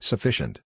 Sufficient